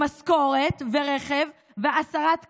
עם משכורת ורכב ועשרה תקנים,